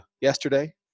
yesterday